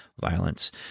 violence